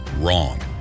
Wrong